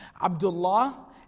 Abdullah